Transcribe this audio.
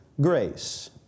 grace